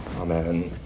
Amen